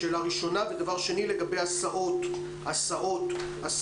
שאלה שנייה, לגבי הסעות שלא